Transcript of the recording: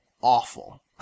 awful